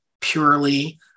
purely